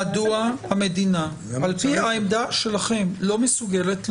מדוע המדינה, על פי העמדה שלכם, לא מסוגלת לומר: